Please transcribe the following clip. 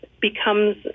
becomes